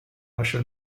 lascia